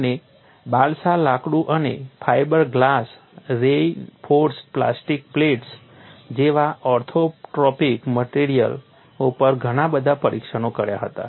તેમણે બાલ્સા લાકડું અને fibre glass reinforced plastic plates જેવા ઓર્થોટ્રોપિક મટિરિયલ્સ ઉપર ગણાબધા પરીક્ષણો કર્યા હતા